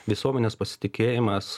visuomenės pasitikėjimas